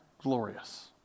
glorious